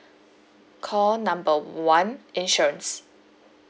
call number one insurance